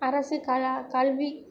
அரசு கல்வி